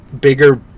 bigger